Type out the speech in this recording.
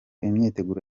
imyiteguro